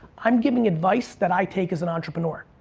i'm giving advice that i take as an entrepreneur.